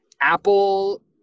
Apple